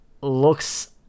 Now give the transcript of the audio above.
looks